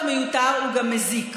אמרת שיש לך חשבון מיוחד עם ההתנחלויות,